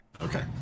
Okay